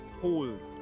holes